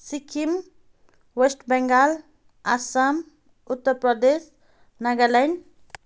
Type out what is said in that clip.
Sikkim West Bengal Assam Uttar Pradesh Nagaland